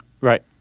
Right